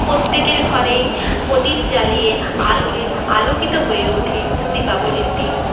প্রত্যেকের ঘরেই প্রদীপ জ্বালিয়ে আলোয় আলোকিত হয়ে ওঠে দীপাবলির দিন